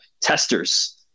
testers